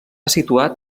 situat